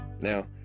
Now